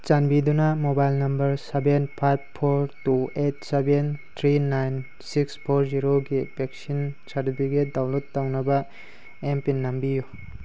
ꯆꯥꯟꯕꯤꯗꯨꯅ mobile number seven five four two eight seven three nine six four ꯖꯤꯔꯣꯒꯤ vaccine certificate download ꯇꯧꯅꯕ mPIN ꯅꯝꯕꯤꯌꯨ